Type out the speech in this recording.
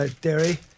Derry